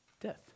Death